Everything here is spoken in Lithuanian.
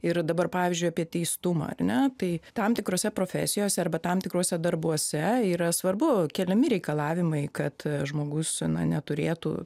ir dabar pavyzdžiui apie teistumą ar ne tai tam tikrose profesijose arba tam tikruose darbuose yra svarbu keliami reikalavimai kad žmogus na neturėtų